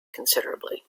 considerably